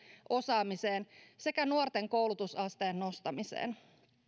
osaamiseen sekä nuorten koulutusasteen nostamiseen